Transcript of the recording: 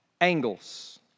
angles